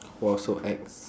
!wow! so ex